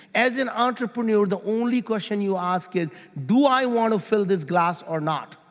as an entrepreneur, the only question you ask is, do i want to fill this glass or not?